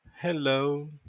hello